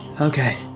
Okay